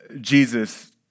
Jesus